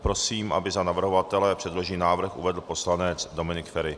Prosím, aby za navrhovatele předložený návrh uvedl poslanec Dominik Feri.